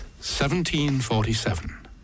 1747